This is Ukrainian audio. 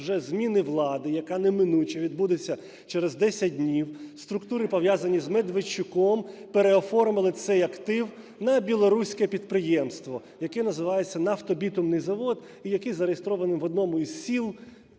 вже зміни влади, яка неминуче відбудеться через 10 днів, структури, пов'язані з Медведчуком, переоформили цей актив на білоруське підприємство, яке називається "Нафтобітумний завод" і який зареєстрований в одному із сіл